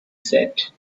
said